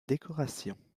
décoration